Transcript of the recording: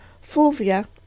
Fulvia